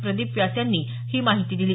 प्रदिप व्यास यांनी ही माहिती दिली